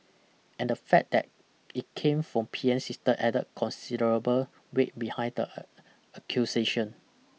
and the fact that it came from P M's sister added considerable weight behind the accusation